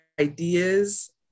ideas